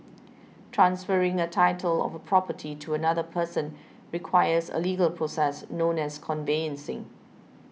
transferring the title of a property to another person requires a legal process known as conveyancing